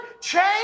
Change